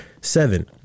seven